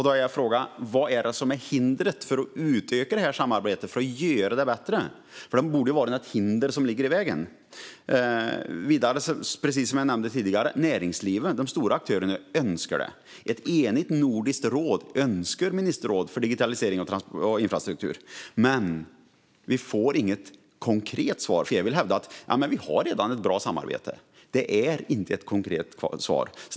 Då har jag frågat vad som hindrar att man utökar samarbetet för att göra det bättre. Det borde ju finnas ett hinder som ligger i vägen. Vidare tog jag upp att de stora aktörerna inom näringslivet önskar det här. Ett enigt nordiskt råd önskar ett ministerråd för digitalisering och infrastruktur, men vi får inget konkret svar. Att hävda att man redan har ett bra samarbete är inget konkret svar.